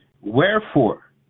Wherefore